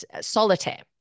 solitaire